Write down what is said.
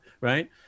Right